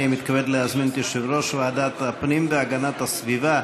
אני מתכבד להזמין את יושב-ראש ועדת הפנים והגנת הסביבה